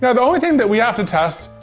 yeah the only thing that we have to test,